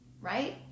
right